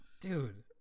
dude